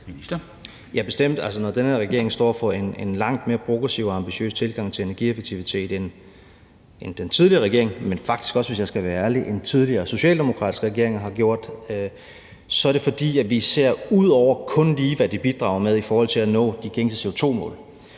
Ja, bestemt. Når den her regering står for en langt mere progressiv og ambitiøs tilgang til energieffektivitet end den tidligere regering, men faktisk også, hvis jeg skal være ærlig, end tidligere socialdemokratiske regeringer, så er det, fordi vi ser ud over, hvad det kun lige bidrager med i forhold til at nå de gængse CO2-mål.